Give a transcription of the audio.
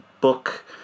book